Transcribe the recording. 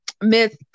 miss